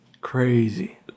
Crazy